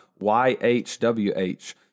Y-H-W-H